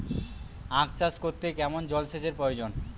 আখ চাষ করতে কেমন জলসেচের প্রয়োজন?